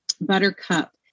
Buttercup